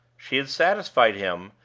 she had satisfied him,